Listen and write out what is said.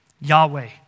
Yahweh